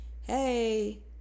Hey